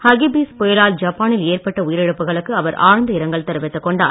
Hagibis புயலால் ஜப்பானில் ஏற்பட்ட உயிரிழப்புகளுக்கு அவர் ஆழ்ந்த இரங்கல் தெரிவித்து கொண்டார்